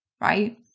right